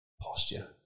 posture